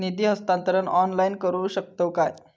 निधी हस्तांतरण ऑनलाइन करू शकतव काय?